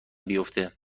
بیفته